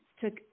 took